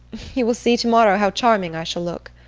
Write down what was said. you will see tomorrow how charming i shall look.